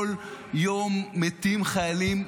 כל יום מתים חיילים.